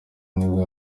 nibwo